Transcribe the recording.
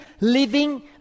living